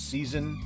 Season